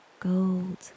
gold